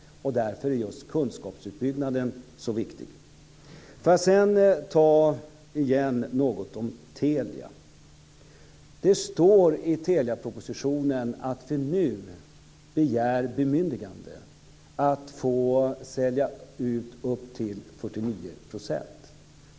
Därför är just kunskapsutbyggnaden så viktig. Sedan vill jag återigen säga någonting om Telia. Det står i Teliapropositionen att vi nu begär bemyndigande att få sälja ut upp till 49 %.